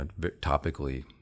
topically